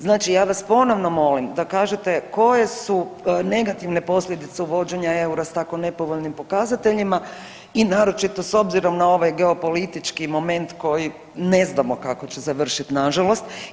Znači ja vas ponovno molim da kažete koje su negativne posljedice uvođenja eura s tako nepovoljnim pokazateljima i naročito s obzirom na ovaj geopolitički moment koji ne znamo kako će završit nažalost.